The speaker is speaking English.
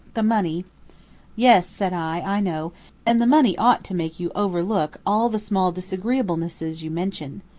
the money yes, said i, i know and the money ought to make you overlook all the small disagreeablenesses you mention.